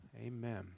Amen